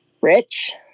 rich